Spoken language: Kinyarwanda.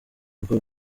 rugo